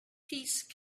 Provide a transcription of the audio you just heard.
peace